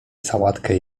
sałatkę